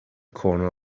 corner